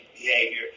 behavior